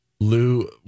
Lou